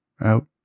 out